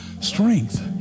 strength